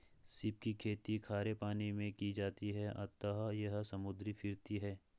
सीप की खेती खारे पानी मैं की जाती है अतः यह समुद्री फिरती है